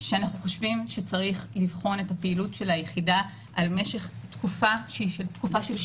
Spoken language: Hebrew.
שאנחנו חושבים שצריך לבחון את הפעילות של היחידה על משך תקופה שגרה.